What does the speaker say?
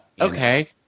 okay